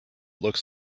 looks